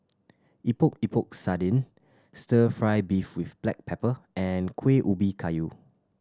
Epok Epok Sardin Stir Fry beef with black pepper and Kuih Ubi Kayu